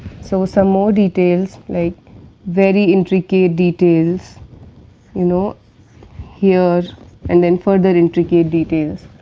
so, some more details like very intricate details you know here and then further intricate details.